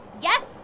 Yes